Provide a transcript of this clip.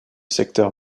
secteur